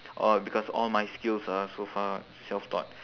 oh because all my skills are so far self taught